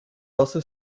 also